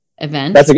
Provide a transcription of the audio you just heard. event